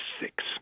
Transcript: six